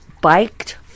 biked